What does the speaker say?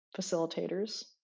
facilitators